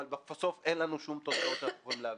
אבל בסוף אין לנו שום תוצאות שאנחנו יכולים להביא.